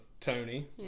Tony